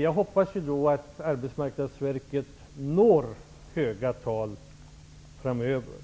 Jag hoppas att Arbetsmarknadsverket når höga tal framöver.